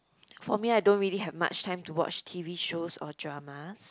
for me I don't really have much time to watch T_V shows or dramas